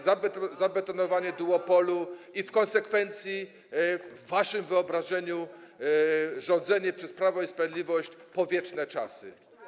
zabetonowanie duopolu i w konsekwencji, w waszym wyobrażeniu, rządzenie przez Prawo i Sprawiedliwość po wieczne czasy?